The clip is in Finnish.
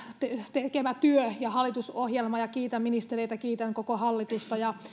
tekemä työ ja hallitusohjelma ja kiitän ministereitä kiitän koko hallitusta ja